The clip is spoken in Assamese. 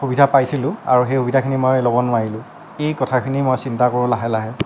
সুবিধা পাইছিলোঁ আৰু সেই সুবিধাখিনি মই ল'ব নোৱাৰিলোঁ এই কথাখিনি মই চিন্তা কৰোঁ লাহে লাহে